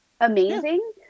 amazing